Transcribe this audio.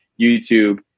YouTube